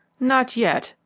not yet,